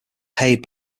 paid